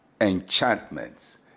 enchantments